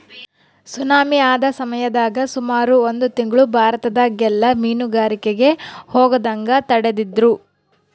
tsunami ಆದ ಸಮಯದಾಗ ಸುಮಾರು ಒಂದು ತಿಂಗ್ಳು ಭಾರತದಗೆಲ್ಲ ಮೀನುಗಾರಿಕೆಗೆ ಹೋಗದಂಗ ತಡೆದಿದ್ರು